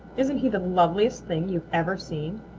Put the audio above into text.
isn't he the loveliest thing you've ever seen?